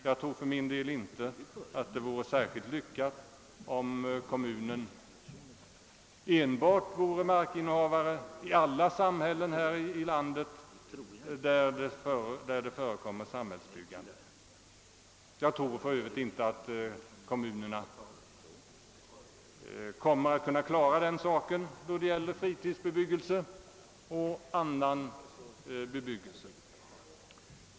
Jag tror för min del inte att det vore särskilt lyckat om kommunen ensam vore markinnehavare i alla samhällen här i landet, där det förekommer samhällsbyggande. Jag tror för övrigt inte, att kommunerna kommer att kunna klara den saken vare sig då det gäller fritidsbebyggelse eller annan bebyggelse.